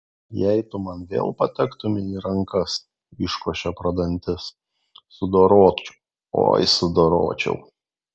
jei tu man vėl patektumei į rankas iškošė pro dantis sudoročiau oi sudoročiau